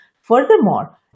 Furthermore